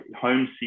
home